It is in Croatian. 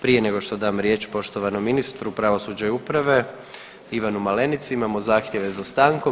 Prije nego što dam riječ poštovanom ministru pravosuđa i uprave Ivanu Malenici, imamo zahtjeve za stankom.